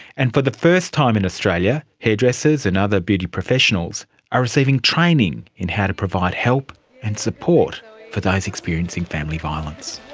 and for the first time in australia hairdressers and other beauty professionals are receiving training in how to provide help and support for those experiencing family violence.